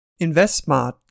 InvestSmart